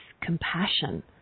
compassion